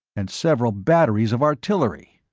and several batteries of artillery.